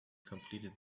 completed